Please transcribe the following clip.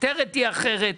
הכותרת הייתה אחרת,